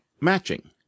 Matching